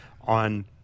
on